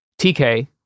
TK